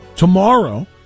Tomorrow